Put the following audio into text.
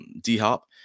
D-Hop